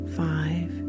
five